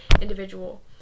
individual